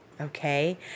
Okay